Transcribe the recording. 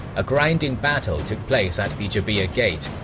a grinding battle took place at the jabiyah gate,